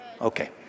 Okay